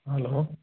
hello